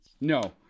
no